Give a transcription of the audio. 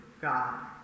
God